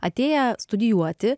atėję studijuoti